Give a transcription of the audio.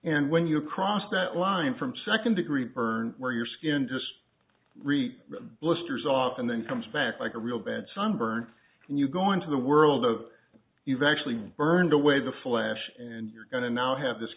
and when you cross that line from second degree burn where your skin just really blisters off and then comes back like a real bad sunburn and you go into the world of you've actually burned away the flesh and you're going to now have this